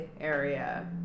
area